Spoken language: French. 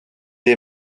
est